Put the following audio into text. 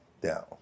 down